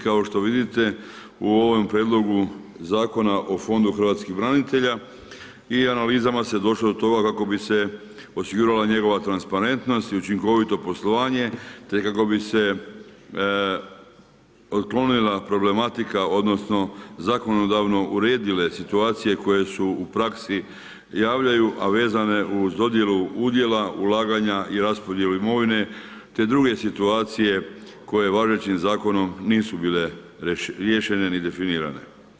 Kao što vidite u ovom prijedlogu Zakona o Fondu hrvatskih branitelja i analizama se došlo do toga kako bi se osigurala njegova transparentnost i učinkovito poslovanje, te kako bi se otklonila problematika odnosno zakonodavno uredile situacije koje su u praksi javljaju, a vezane uz dodjelu udjela, ulaganja i raspodjeli imovine, te druge situacije koje važećim zakonom nisu bile riješene ni definirane.